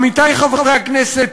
עמיתי חברי הכנסת,